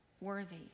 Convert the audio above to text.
worthy